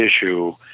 issue